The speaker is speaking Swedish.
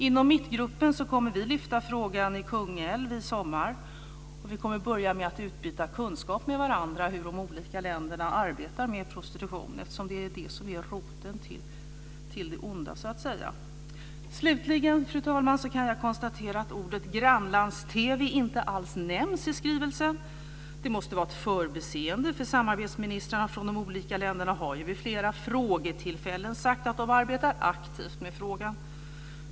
Inom mittgruppen kommer vi att lyfta upp frågan i Kungälv i sommar. Vi kommer att börja med att utbyta kunskap med varandra om hur de olika länderna arbetar med prostitution, eftersom det är det som är roten till det onda. Fru talman! Jag kan konstatera att ordet grannlands-TV inte alls nämns i skrivelsen. Det måste vara ett förbiseende, eftersom samarbetsministrarna från de olika länderna vid flera frågetillfällen har sagt att de arbetar aktivt med frågan.